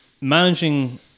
Managing